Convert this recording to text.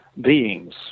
beings